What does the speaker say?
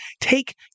take